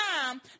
time